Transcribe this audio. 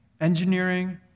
Engineering